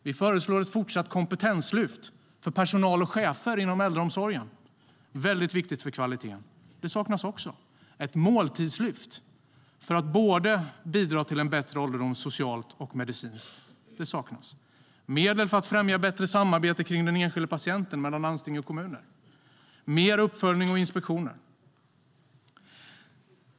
Vi föreslår ett fortsatt kompetenslyft för personal och chefer inom äldreomsorgen - väldigt viktigt för kvaliteten. Det saknas också. Vi föreslår ett måltidslyft för att bidra till en bättre ålderdom både socialt och medicinskt. Det saknas. Vi föreslår medel för att främja bättre samarbete kring den enskilda patienten mellan landsting och kommuner samt mer uppföljning och inspektioner.